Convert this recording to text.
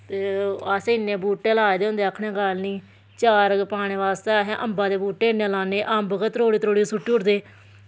ते असैं इन्ने बूह्टे लाए दे होंदे आखने दी गल्ल निं चार पाने बास्तै असैं अम्बे दे बूह्टे लान्ने अम्ब गै त्रोड़ी त्रोड़ी सुट्टी ओड़दे